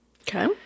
Okay